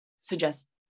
suggest